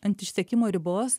ant išsekimo ribos